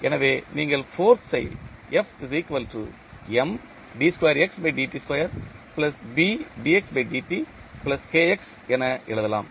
எனவே நீங்கள் ஃபோர்ஸ் யை என எழுதலாம்